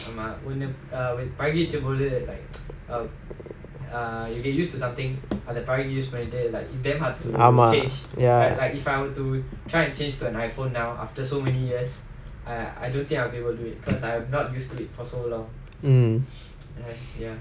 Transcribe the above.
ஆமா:aamaa ya